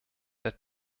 der